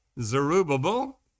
Zerubbabel